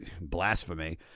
blasphemy